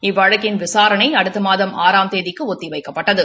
இவ்வழக்கின் விசாரணை அடுத்த மாதம் ஆறாம் தேதிக்கு ஒத்திவைக்கப்பட்டது